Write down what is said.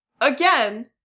again